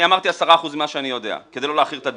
אני אמרתי 10% ממה שאני יודע כדי לא להעכיר את הדיון.